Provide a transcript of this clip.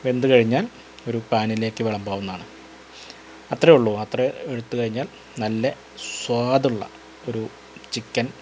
വെന്ത് കഴിഞ്ഞാൽ ഒരു പാനിലേക്ക് വിളമ്പവുന്നതാണു അത്രയുള്ളു അത്ര എടുത്ത് കഴിഞ്ഞാൽ നല്ല സ്വാദുള്ള ഒരു ചിക്കൻ